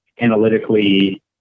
analytically